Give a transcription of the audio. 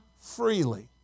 freely